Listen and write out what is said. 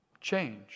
change